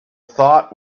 thought